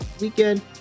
weekend